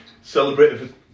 celebrated